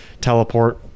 teleport